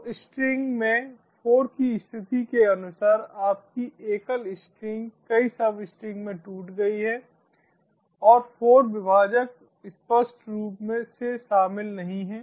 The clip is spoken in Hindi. तो स्ट्रिंग में 4 की स्थिति के अनुसार आपकी एकल स्ट्रिंग कई सबस्ट्रिंग में टूट गई है और 4 विभाजक स्पष्ट रूप से शामिल नहीं है